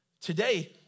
Today